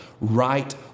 right